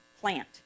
plant